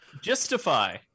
Justify